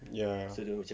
ya